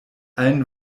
allen